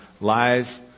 Lies